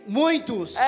muitos